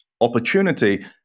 opportunity